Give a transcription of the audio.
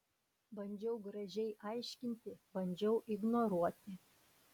bandžiau gražiai aiškinti bandžiau ignoruoti